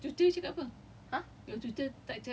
over thirteen hours straight on the exam